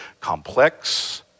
complex